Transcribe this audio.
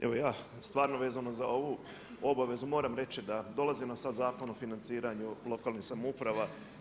Evo ja stvarno vezano za ovu obavezu moram reći da dolazi nam sad Zakon o financiranju lokalnih samouprava.